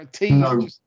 No